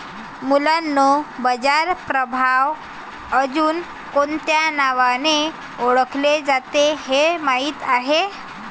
मुलांनो बाजार प्रभाव अजुन कोणत्या नावाने ओढकले जाते हे माहित आहे?